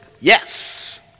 yes